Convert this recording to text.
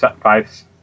five